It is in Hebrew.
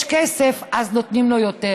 ולא שמי שיש כסף נותנים לו יותר.